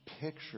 picture